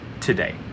today